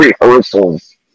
rehearsals